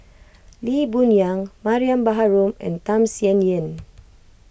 Lee Boon Yang Mariam Baharom and Tham Sien Yen